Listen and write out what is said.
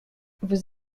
vous